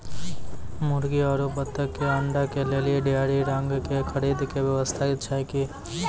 मुर्गी आरु बत्तक के अंडा के लेली डेयरी रंग के खरीद के व्यवस्था छै कि?